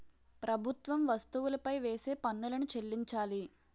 ప్రభుత్వం వస్తువులపై వేసే పన్నులను చెల్లించాలి